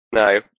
No